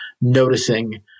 noticing